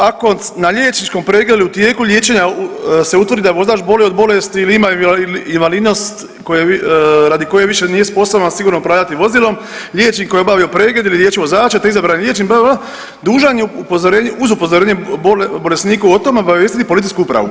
Ako na liječničkom pregledu u tijeku liječenja se utvrdi da vozač boluje od bolesti ili ima invalidnost radi koje više nije sposoban sigurno upravljati vozilom, liječnik koji je obavio pregled ili ... vozača te izabrani liječnik, bla, bla, dužan je uz upozorenje .../nerazumljivo/... uz upozorenje bolesniku o tome obavijestiti policijsku upravu.